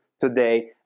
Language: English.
today